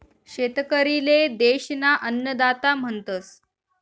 शेतकरी ले देश ना अन्नदाता म्हणतस